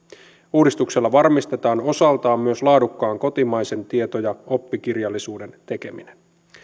uudistuksella varmistetaan osaltaan myös laadukkaan kotimaisen tieto ja oppikirjallisuuden tekeminen